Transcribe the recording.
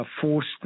forced